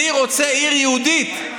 אתה יודע כמה יהודים,